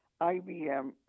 IBM